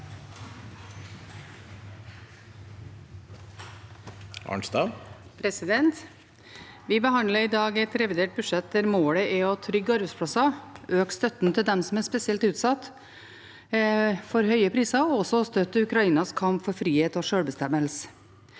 Arnstad (Sp) Vi behandler i dag et revidert budsjett der målet er å trygge arbeidsplasser, øke støtten til dem som er spesielt utsatt for høye priser, og også støtte Ukrainas kamp for frihet og sjølbestemmelse.